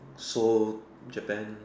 Seoul Japan